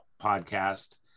podcast